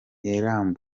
eric